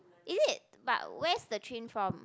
is it but where's the train from